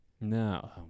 No